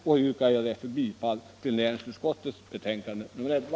Jag yrkar bifall till näringsutskottets hemställan i betänkandet nr 11.